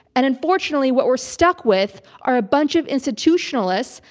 and unfortunately what we're stuck with are a bunch of institutionalists,